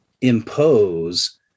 impose